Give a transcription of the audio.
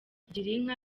girinka